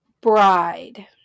bride